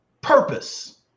purpose